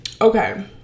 Okay